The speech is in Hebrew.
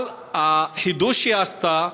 על החידוש שהיא עשתה,